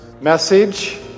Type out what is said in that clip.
message